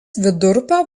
vidurupio